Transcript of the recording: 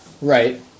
Right